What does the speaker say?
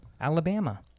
alabama